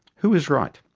who is right?